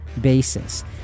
basis